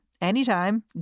anytime